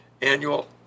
annual